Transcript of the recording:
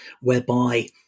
whereby